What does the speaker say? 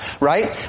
right